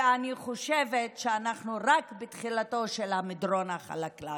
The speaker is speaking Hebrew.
ואני חושבת שאנחנו רק בתחילתו של המדרון החלקלק.